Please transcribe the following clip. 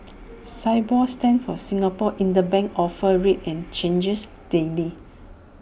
Sibor stands for Singapore interbank offer rate and changes daily